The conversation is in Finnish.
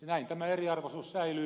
näin tämä eriarvoisuus säilyy